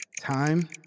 Time